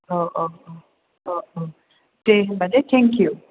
औ औ अ अ देहोमबा दे थेंक इउ